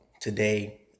today